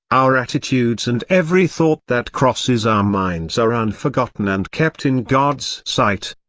our attitudes and every thought that crosses our minds are unforgotten and kept in god's sight.